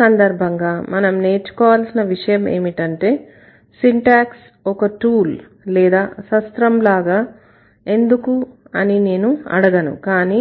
ఈ సందర్భంగా మనం నేర్చుకోవాల్సిన విషయం ఏంటంటే సింటాక్స్ ఒక టూల్ లేదా శస్త్రం లాగా ఎందుకు అని నేను అడగను కానీ